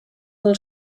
will